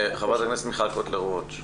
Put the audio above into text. חברת הכנסת מיכל קוטלר וונש.